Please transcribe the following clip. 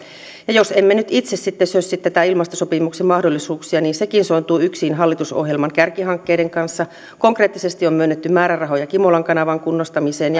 ja jos emme nyt itse sitten sössi näitä ilmastosopimuksen mahdollisuuksia niin sekin sointuu yksiin hallitusohjelman kärkihankkeiden kanssa konkreettisesti on myönnetty määrärahoja kimolan kanavan kunnostamiseen